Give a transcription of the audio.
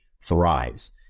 thrives